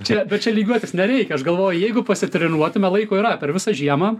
čia bet čia lygiuotis nereikia aš galvoju jeigu pasitreniruotume laiko yra per visą žiemą